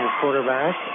quarterback